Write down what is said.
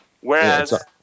Whereas